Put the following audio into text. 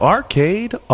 Arcade